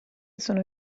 sono